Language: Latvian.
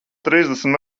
trīsdesmit